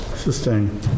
Sustain